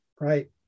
Right